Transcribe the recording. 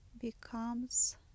becomes